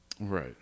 right